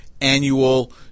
annual